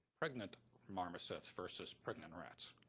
pregnant marmosets versus pregnant rats.